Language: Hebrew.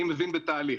אני מבין בתהליך.